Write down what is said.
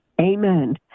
amen